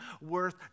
worth